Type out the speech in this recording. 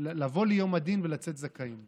לבוא ליום הדין ולצאת זכאים.